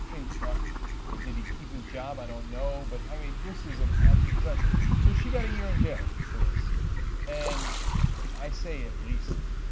ah did he keep his job? i don't know. but i mean this is an absolute disaster. so she got a year in jail for this and i say at least.